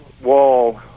wall